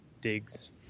digs